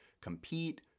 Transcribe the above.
compete